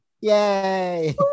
Yay